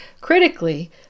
critically